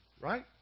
right